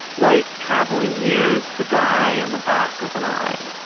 light travelling years to die in the back of an eye